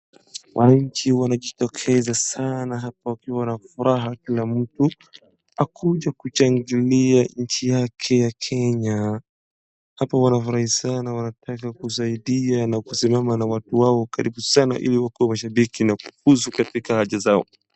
Wananchi wanajitokeza sana hapa wakiwa na furaha kila mtu akikuja kushangilia inchi yake ya Kenya. Hapa wanafurahi sana wanataka kusaidia na kusimama na watu wao karibu sana ili kwa kuwa shabiki na kufusu katika haja zao.